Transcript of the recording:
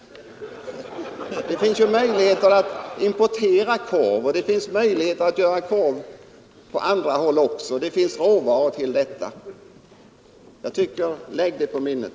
Det finns möjligheter att importera korv, och det finns möjligheter att göra korv på andra håll också. Det finns råvaror till detta. Lägg den saken på minnet.